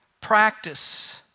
practice